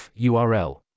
url